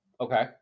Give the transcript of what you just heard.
Okay